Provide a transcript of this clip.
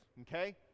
okay